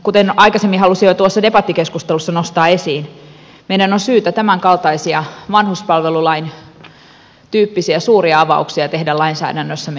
kuten aikaisemmin halusin jo tuossa debattikeskustelussa nostaa esiin meidän on syytä tämänkaltaisia vanhuspalvelulain tyyppisiä suuria avauksia tehdä lainsäädännössämme jatkossakin